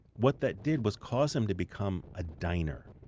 what that did was cause him to become a diner.